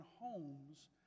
homes